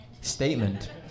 Statement